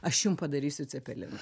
aš jum padarysiu cepelinų